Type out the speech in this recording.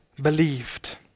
believed